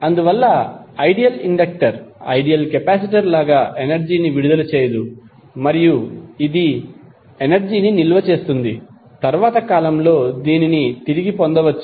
అందువల్ల ideal inductor ideal capacitor లాగా energy ని విడుదల చేయదు మరియు ఇది ఎనర్జీని నిల్వ చేస్తుంది తర్వాత కాలంలో దీనిని తిరిగి పొందవచ్చు